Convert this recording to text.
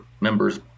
members